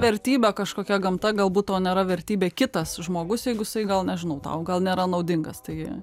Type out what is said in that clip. vertybė kažkokia gamta galbūt tau nėra vertybė kitas žmogus jeigu jisai gal nežinau tau gal nėra naudingas tai